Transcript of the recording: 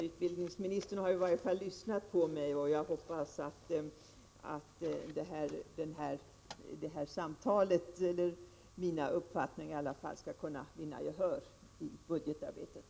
Utbildningsministern har i varje fall lyssnat på mig, och jag hoppas att mina uppfattningar skall vinna gehör i budgetarbetet.